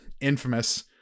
infamous